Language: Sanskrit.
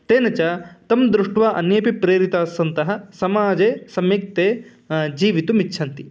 तेनच तं दृष्ट्वा अन्येपि प्रेरितास्सन्ति समाजे सम्यक्ते जीवितुम् इच्छन्ति